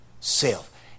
self